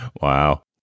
Wow